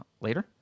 later